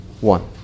one